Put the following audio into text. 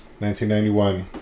1991